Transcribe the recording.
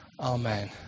Amen